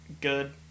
Good